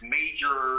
major